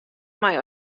mei